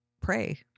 pray